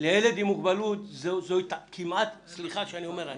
ולילד עם מוגבלות זה כמעט גובל בהתעללות,